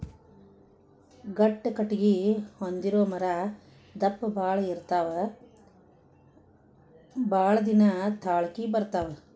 ಗಟ್ಟಿ ಕಟಗಿ ಹೊಂದಿರು ಮರಾ ದಪ್ಪ ಬಾಳ ಇರತಾವ ಬಾಳದಿನಾ ತಾಳಕಿ ಬರತಾವ